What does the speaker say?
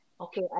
okay